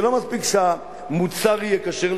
זה לא מספיק שהמוצר יהיה כשר",